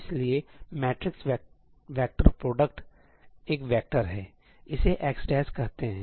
इसलिए matrix vector प्रोडक्टएक vector है इसे x कहते हैं